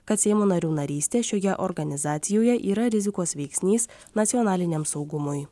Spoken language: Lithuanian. kad seimo narių narystė šioje organizacijoje yra rizikos veiksnys nacionaliniam saugumui